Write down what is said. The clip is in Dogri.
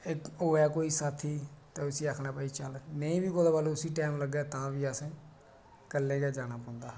इक होऐ कोई साथी उसी आखना चल नेईं बी होऐ टैम लग्गे ता बी असें कल्ले गै जाना पौंदा